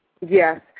Yes